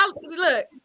look